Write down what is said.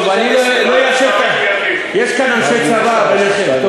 טוב, יש כאן אנשי צבא ביניכם.